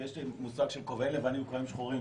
יש מושג של כובעים לבנים וכובעים שחורים.